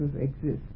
exist